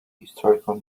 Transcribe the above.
historical